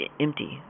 empty